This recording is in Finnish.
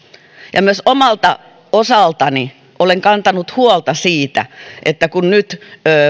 myös omalta osaltani olen kantanut huolta siitä kun nyt